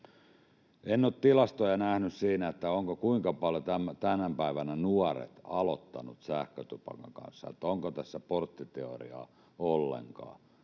nähnyt tilastoja siitä, kuinka paljon tänä päivänä nuoret ovat aloittaneet sähkötupakan kanssa, että onko tässä porttiteoriaa ollenkaan.